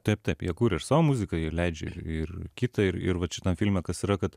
taip taip jie kuria ir savo muziką ir leidžia ir kitą ir ir vat šitam filme kas yra kad